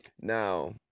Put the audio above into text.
Now